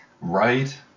Right